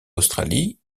australie